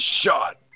shot